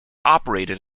operated